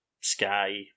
Sky